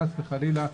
חס וחלילה,